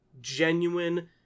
genuine